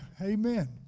Amen